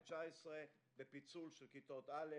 2019 בפיצול של כיתות א',